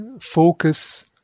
focus